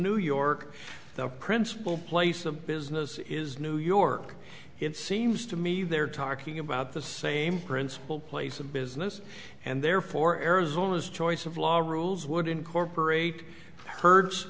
new york the principal place of business is new york it seems to me they're talking about the same principal place of business and therefore arizona's choice of law rules would incorporate hur